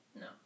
No